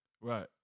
Right